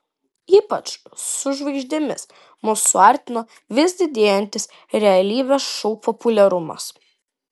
ypač su žvaigždėmis mus suartino vis didėjantis realybės šou populiarumas